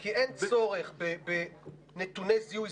כי אין צורך בנתוני זיהוי.